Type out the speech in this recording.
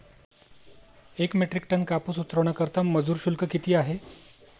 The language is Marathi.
एक मेट्रिक टन कापूस उतरवण्याकरता मजूर शुल्क किती आहे?